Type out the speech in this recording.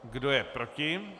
Kdo je proti?